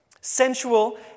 sensual